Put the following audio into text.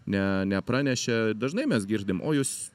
ne nepranešė dažnai mes girdim o jūs